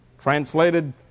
Translated